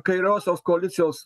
kairiosios koalicijos